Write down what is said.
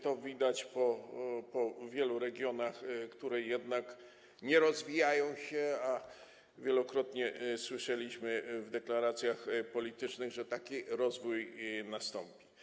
To widać po wielu regionach, które jednak się nie rozwijają, a wielokrotnie słyszeliśmy w deklaracjach politycznych, że taki rozwój nastąpi.